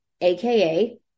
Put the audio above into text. AKA